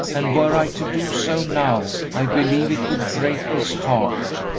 and were i to do so now i believe it would break his heart.